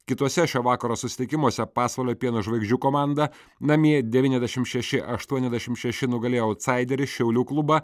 kituose šio vakaro susitikimuose pasvalio pieno žvaigždžių komanda namie devyniasdešim šeši aštuoniasdešim šeši nugalėjo autsaiderį šiaulių klubą